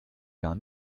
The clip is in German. gar